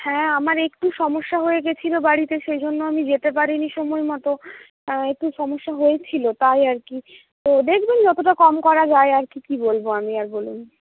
হ্যাঁ আমার একটু সমস্যা হয়ে গিয়েছিলো বাড়িতে সেই জন্য আমি যেতে পারিনি সময়মতো একটু সমস্যা হয়েছিলো তাই আর কি ও দেখবেন যতটা কম করা যায় আর কি কি বলবো আমি আর বলুন